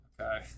Okay